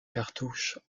cartouche